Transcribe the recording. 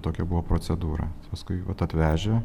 tokia buvo procedūra paskui vat atvežę